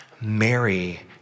Mary